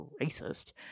racist